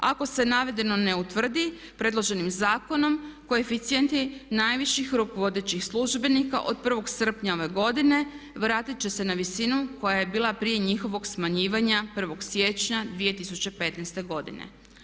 Ako se navedeno ne utvrdi predloženim zakonom koeficijenti najviših rukovodećih službenika od prvog srpnja ove godine vratit će se na visinu koja je bila prije njihovog smanjivanja 1.siječnja 2015.godine.